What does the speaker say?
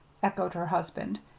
echoed her husband.